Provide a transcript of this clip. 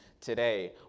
today